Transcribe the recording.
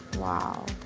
wow!